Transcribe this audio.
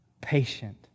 patient